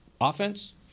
offense